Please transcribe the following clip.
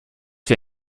wie